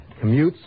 commutes